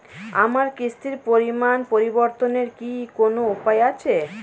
আমার কিস্তির পরিমাণ পরিবর্তনের কি কোনো উপায় আছে?